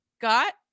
got